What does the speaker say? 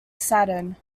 saturn